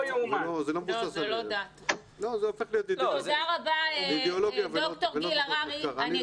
תודה רבה ד"ר גיל הררי.